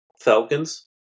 Falcons